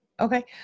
Okay